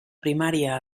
primària